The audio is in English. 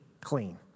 clean